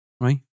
right